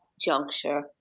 juncture